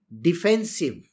defensive